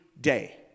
day